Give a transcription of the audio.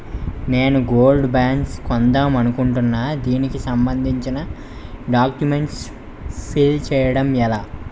నేను gold bonds కొందాం అనుకుంటున్నా దానికి సంబందించిన డాక్యుమెంట్స్ ఫిల్ చేయడం ఎలా?